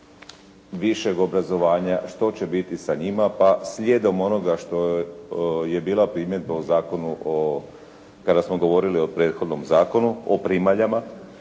višeg obrazovanja što će biti sa njima? Pa slijedom onoga što je bila primjedba u Zakonu o, kada smo govorili o prethodnom zakonu, o primaljama